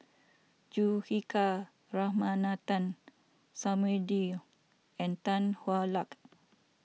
Juthika Ramanathan Samuel Dyer and Tan Hwa Luck